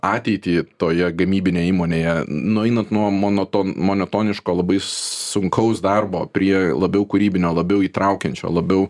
ateitį toje gamybinėj įmonėje nueinant nuo monoto monotoniško labai sunkaus darbo prie labiau kūrybinio labiau įtraukiančio labiau